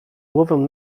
głowę